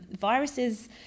viruses